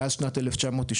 מאז שנת 1994,